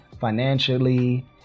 financially